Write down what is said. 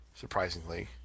Surprisingly